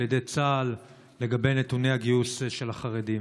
על ידי צה"ל לגבי הגיוס של החרדים.